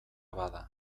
bada